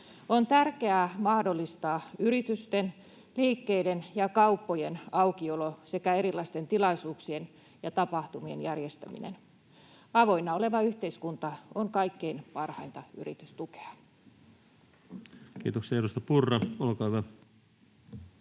On tärkeää mahdollistaa yritysten, liikkeiden ja kauppojen aukiolo sekä erilaisten tilaisuuksien ja tapahtumien järjestäminen. Avoinna oleva yhteiskunta on kaikkein parhainta yritystukea. Kiitoksia. — Edustaja Purra, olkaa hyvä.